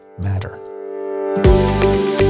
matter